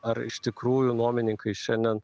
ar iš tikrųjų nuomininkai šiandien